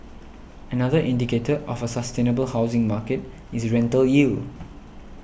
another indicator of a sustainable housing market is rental yield